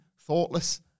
thoughtless